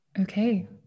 okay